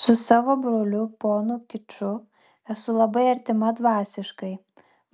su savo broliu ponu kiču esu labai artima dvasiškai